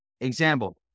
example